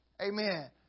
Amen